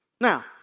Now